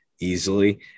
easily